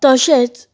तशेंच